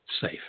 safe